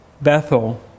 Bethel